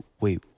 wait